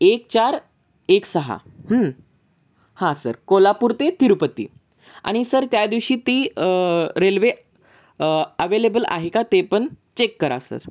एक चार एक सहा हां सर कोल्हापूर ते तिरुपती आणि सर त्या दिवशी ती रेल्वे ॲवेलेबल आहे का ते पण चेक करा सर